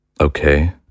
Okay